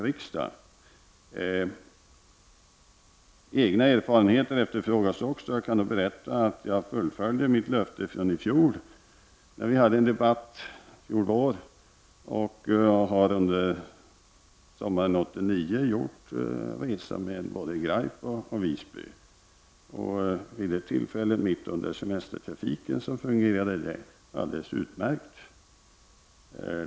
Mina egna erfarenheter efterfrågades också. Jag kan då berätta att jag uppfyllde mitt löfte från i fjol, då vi hade en debatt. Under sommaren 1989 reste jag med både Graip och Visby. Det var mitt under semesterperioden, och vid dessa tillfällen fungerade det hela alldeles utmärkt.